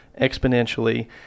exponentially